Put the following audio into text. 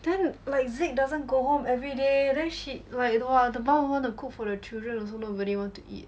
then like zeke doesn't go home every day then she like !wah! the mum will want to cook for the children also nobody want to eat